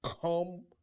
come